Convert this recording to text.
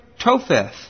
Topheth